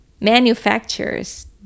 manufacturers